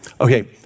Okay